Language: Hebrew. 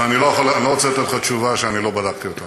אני לא רוצה לתת לך תשובה שאני לא בדקתי אותה.